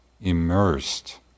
immersed